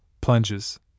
plunges